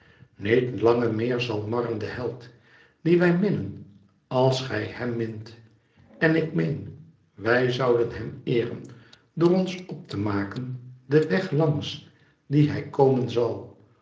niet lange meer zal marren de held dien wij minnen als gij hem mint en ik meen wij zouden hem eeren door ons op te maken den weg langs dien hij komen zal